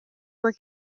were